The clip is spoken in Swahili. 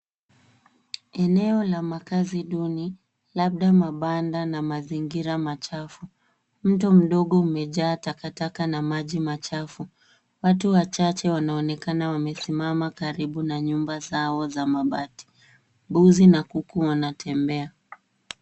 Eneo la makazi duni labda mabanda na mazingira machafu. Mto mdogo umejaa takataka na maji machafu. Watu wachache wanaonekana wamesimama karibu na nyumba zao za mabati. Mbuzi na kuku wanatembea.